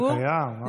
זה קיים.